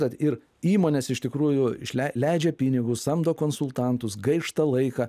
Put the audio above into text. tad ir įmonės iš tikrųjų išlei leidžia pinigus samdo konsultantus gaišta laiką